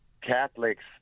catholics